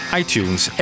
iTunes